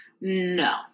No